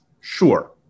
sure